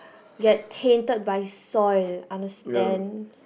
get tainted by soil understand